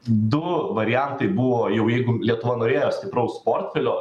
du variantai buvo jau jeigu lietuva norėjo stipraus portfelio